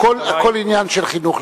הכול עניין של חינוך.